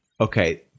okay